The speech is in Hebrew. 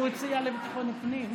הוא הציע לביטחון הפנים.